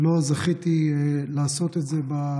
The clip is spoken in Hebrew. לא זכיתי לעשות את זה במליאה.